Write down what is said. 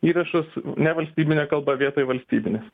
įrašus nevalstybine kalba vietoj valstybinės